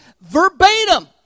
verbatim